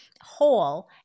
whole